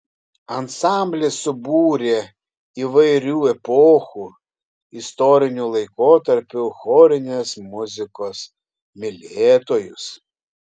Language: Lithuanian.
ansamblis subūrė įvairių epochų istorinių laikotarpių chorinės muzikos mylėtojus